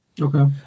Okay